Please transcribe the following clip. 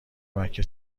مکه